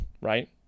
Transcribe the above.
right